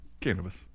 Cannabis